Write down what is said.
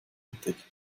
entdeckt